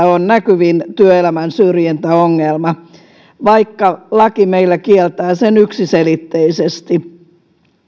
on näkyvin työelämän syrjintäongelma vaikka laki meillä kieltää sen yksiselitteisesti